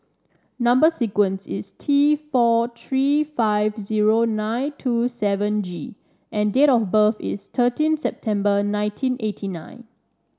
number sequence is T four three five zero nine two seven G and date of birth is thirteen September nineteen eighty nine